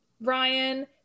ryan